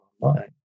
online